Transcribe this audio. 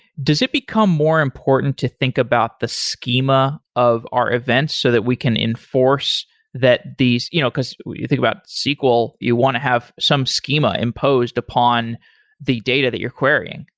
does it become more important to think about the schema of our events so that we can enforce that these you know because when you think about sql, you want to have some schema imposed upon the data that you're querying.